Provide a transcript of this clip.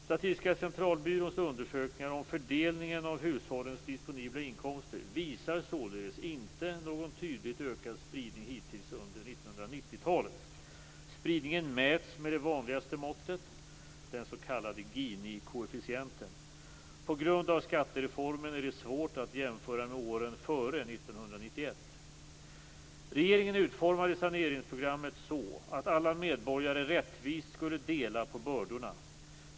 Statistiska centralbyråns undersökningar om fördelningen av hushållens disponibla inkomster visar således inte någon tydligt ökad spridning hittills under 1990-talet. Spridningen mäts med det vanligaste måttet, den s.k. Gini-koefficienten. På grund av skattereformen är det svårt att jämföra med åren före 1991. Regeringen utformade saneringsprogrammet så att alla medborgare rättvist skulle dela på bördorna.